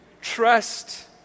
trust